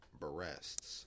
breasts